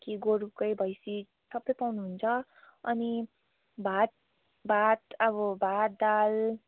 कि गोरुकै भैँसी सबै पाउनुहुन्छ अनि भात भात अब भात दाल